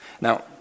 Now